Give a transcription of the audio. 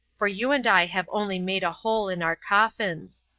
for you and i have only made a hole in our coffins.